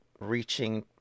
reaching